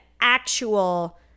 actual